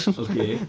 okay